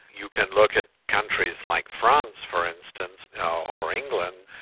you can look at countries like france, for instance, or england,